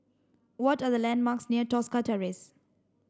what are the landmarks near Tosca Terrace